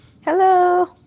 Hello